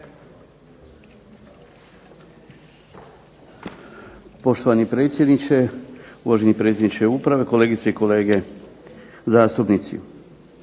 Poštovani predsjedniče, uvaženi predsjedniče uprave, kolegice i kolege zastupnici.